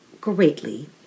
greatly